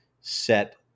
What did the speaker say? set